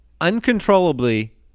uncontrollably